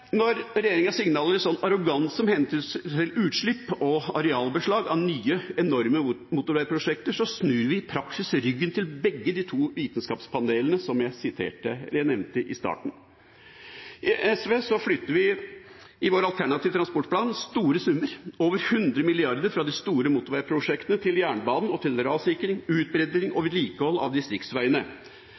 Når regjeringa signaliserer en slik arroganse med hensyn til utslipp og arealbeslag av nye, enorme motorveiprosjekter, snur vi i praksis ryggen til begge de to vitenskapspanelene som jeg nevnte i starten. I SV flytter vi i vår alternative transportplan store summer, over 100 mrd. kr, fra de store motorveiprosjektene til jernbanen og til rassikring, utbedring og vedlikehold av distriktsveiene.